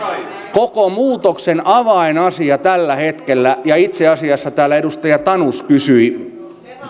koko muutoksen avainasia tällä hetkellä ja itse asiassa täällä edustaja tanus kysyi